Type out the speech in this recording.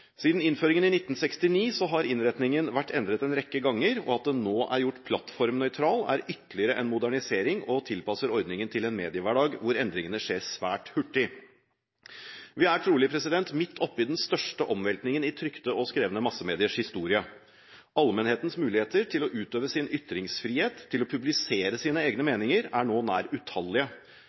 Siden innføringen i 1969 har innretningen vært endret en rekke ganger. At den nå er gjort plattformnøytral, er ytterligere en modernisering og tilpasser ordningen til en mediehverdag hvor endringene skjer svært hurtig. Vi er trolig midt oppe i den største omveltningen i trykte og skrevne massemediers historie. Allmenhetens muligheter til å utøve sin ytringsfrihet, til å publisere sine egne meninger, er nå nær utallige.